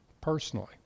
personally